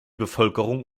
bevölkerung